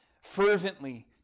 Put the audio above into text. fervently